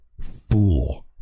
fool